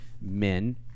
men